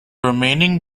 remaining